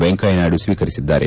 ವೆಂಕಯ್ಯ ನಾಯ್ವ ಸ್ವೀಕರಿಸಿದ್ದಾರೆ